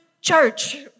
church